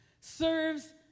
serves